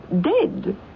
dead